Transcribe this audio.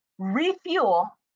Refuel